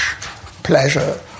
pleasure